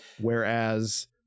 whereas